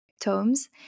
tomes